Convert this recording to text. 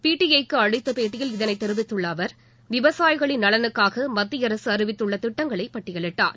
PTI க்கு அளித்த பேட்டியில் இதனைத் தெரிவித்துள்ள அவர் விவசாயிகளின் நலனுக்காக மத்திய அரசு அறிவித்துள்ள திட்டங்களை பட்டியலிட்டார்